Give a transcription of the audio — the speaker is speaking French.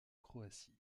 croatie